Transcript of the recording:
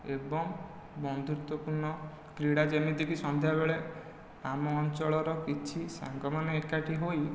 ଏବଂ ବନ୍ଧୁତ୍ଵପୂର୍ଣ୍ଣ କ୍ରୀଡ଼ା ଯେମିତିକି ସନ୍ଧ୍ୟା ବେଳେ ଆମ ଅଞ୍ଚଳର କିଛି ସାଙ୍ଗ ମାନେ ଏକାଠି ହୋଇ